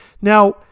now